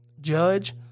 judge